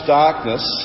darkness